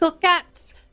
cats